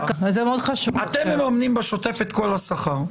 אתם מממנים בשוטף את כל השכר.